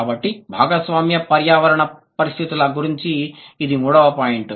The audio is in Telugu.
కాబట్టి భాగస్వామ్య పర్యావరణ పరిస్థితుల గురించిన ఇది మూడవ పాయింట్